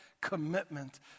commitment